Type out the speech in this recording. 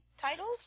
titles